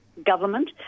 government